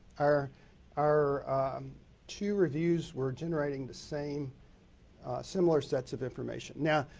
our our two reviews were generating the same similar sets of information. now,